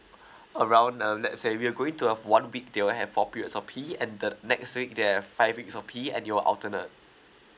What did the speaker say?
around uh let's say we are going to of one big they will have four periods of P and the next week they have five weeks of P and it will alternate